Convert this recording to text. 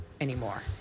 anymore